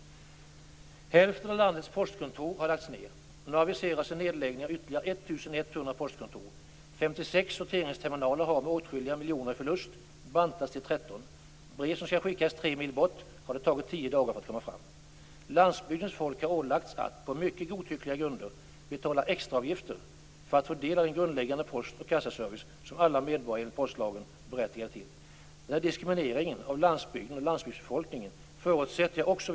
Hälften av landets postkontor har lagts ned. Nu aviseras en nedläggning av ytterligare 1 100 postkontor. 56 sorteringsterminaler har åtskilliga miljoner i förlust och bantas till 13. Det har tagit tio dagar för brev som skall skickas tre mil bort att komma fram. Landsbygdens folk har ålagts att på mycket godtyckliga grunder betala extraavgifter för att få del av den grundläggande post och kassaservice som alla medborgare enligt postlagen är berättigade till. Denna diskriminering av landsbygden och landsbygdsbefolkningen måste upphöra.